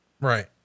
Right